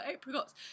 apricots